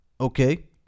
Okay